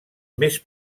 més